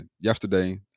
yesterday